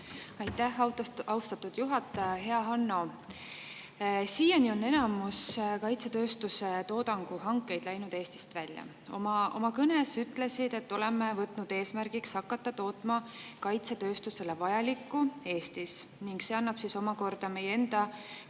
Aitäh, austatud juhataja! Hea Hanno! Siiani on enamus kaitsetööstuse toodangu hankeid läinud Eestist välja. Oma kõnes sa ütlesid, et oleme võtnud eesmärgiks hakata tootma kaitsetööstusele vajalikku Eestis, see annab meie